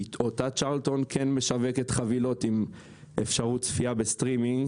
צ'רלטון כן משווקת חבילות עם אפשרות צפייה בסטרימינג.